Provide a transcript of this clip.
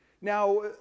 Now